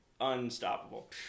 unstoppable